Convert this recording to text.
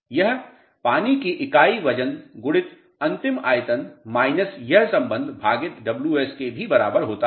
यह पानी के इकाई वजन गुणित अंतिम आयतन माइनस यह सम्बन्ध भागित Ws के भी बराबर होता है